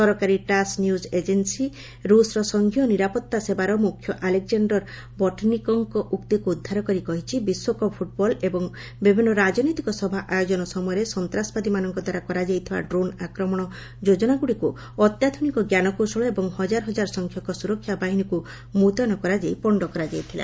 ସରକାରୀ TASS news agency ରୁଷ୍ର ସଙ୍ଘୀୟ ନିରାପତ୍ତା ସେବାର ମୁଖ୍ୟ ଆଲେକ୍ଜାଣ୍ଡାର୍ ବର୍ଟନିକୋଙ୍କ ଉକ୍ତିକୁ ଉଦ୍ଧାର କରି କହିଛି ବିଶ୍ୱକପ୍ ଫ୍ର୍ଟ୍ବଲ୍ ଏବଂ ବିଭିନ୍ନ ରାଜନୈତିକ ସଭା ଆୟୋଜନ ସମୟରେ ସନ୍ତାସବାଦୀମାନଙ୍କଦ୍ୱାରା କରାଯାଇଥିବା ଡ୍ରୋନ୍ ଆକ୍ରମଣ ଯୋଜନାଗୁଡ଼ିକୁ ଅତ୍ୟାଧୁନିକ ଜ୍ଞାନକୌଶଳ ଏବଂ ହଜାର ହଜାର ସଂଖ୍ୟକ ସୁରକ୍ଷା ବାହିନୀକୁ ମ୍ବତ୍ୟନ କରାଯାଇ ପଣ୍ଡ କରାଯାଇଥିଲା